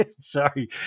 Sorry